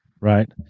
right